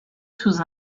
sous